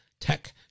tech